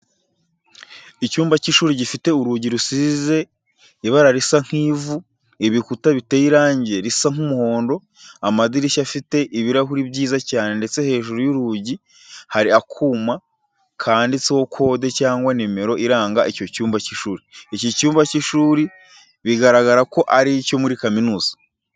Icyumba cy'ishuri gifite urugi rusize ibara risa nk'ivu, ibikuta biteye irangi risa nk'umuhondo. Amadirishya afite ibirahuri byiza cyane ndetse hejuru y'urugi hari akuma kanditseho kode cyangwa nimero iranga icyo cyumba cy'ishuri. Iki cyumba cy'ishuri biragaragara ko ari icyo muri kaminuza.